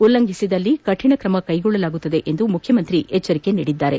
ಉಲ್ಲಂಘಿಸಿದಲ್ಲಿ ಕರಿಣ ಕ್ರಮ ಕೈಗೊಳ್ಳಲಾಗುವುದೆಂದು ಮುಖ್ಯಮಂತ್ರಿ ಎಚ್ಚರಿಕೆ ನೀಡಿದ್ದಾರೆ